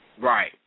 Right